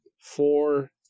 Four